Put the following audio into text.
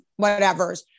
whatevers